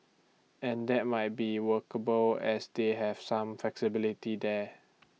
and that might be workable as they have some flexibility there